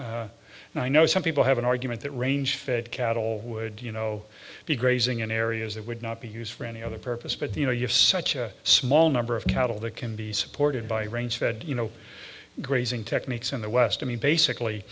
and i know some people have an argument that range fed cattle would you know be grazing in areas that would not be used for any other purpose but you know you're such a small number of cattle that can be supported by a range fed you know grazing techniques in the west i mean basically